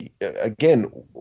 again